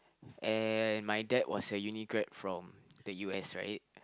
and my dad was a uni grad from the U_S right